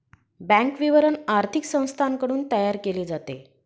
bank विवरण आर्थिक संस्थांकडून तयार केले जाते